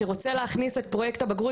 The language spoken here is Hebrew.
שרוצה להכניס את פרויקט בחינת הבגרות